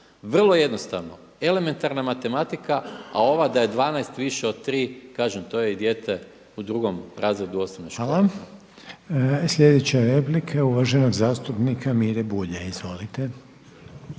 Vrlo jednostavno. Elementarna matematika, a ova da je 12 više od 3 kažem, to i dijete u 2. razredu osnovne škole. **Reiner, Željko (HDZ)** Sljedeća replika uvaženog zastupnika Mire Bulja. Izvolite.